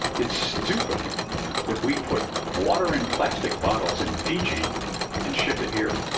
it's stupid that we put water in plastic bottles in fiji and ship it here.